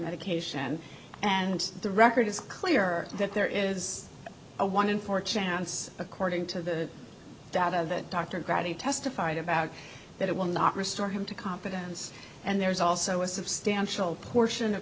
medication and the record is clear that there is a one in four chance according to the data that dr grabby testified about that it will not restore him to competence and there's also a substantial portion of